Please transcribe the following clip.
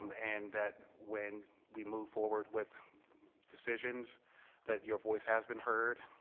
and and that when we move forward with decisions that your voice has been heard.